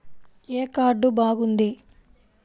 ఏ card బాగుంది?